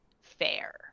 fair